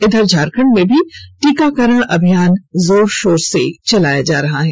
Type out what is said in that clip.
इधर झारखंड में भी टीकाकरण अभियान जोर शोर से चलाया जा रहा है